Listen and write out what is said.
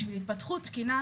בשביל התפתחות תקינה,